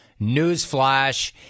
Newsflash